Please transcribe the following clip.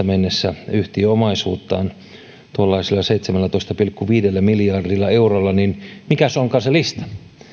mennessä yhtiöomaisuuttaan tuollaisella seitsemällätoista pilkku viidellä miljardilla eurolla niin mikä onkaan se lista